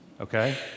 Okay